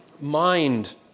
mind